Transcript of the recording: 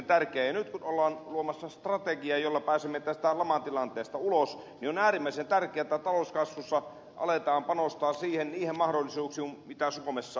nyt kun ollaan luomassa strategiaa jolla pääsemme tästä lamatilanteesta ulos niin on äärimmäisen tärkeätä että talouskasvussa aletaan panostaa niihin mahdollisuuksiin mitä suomessa on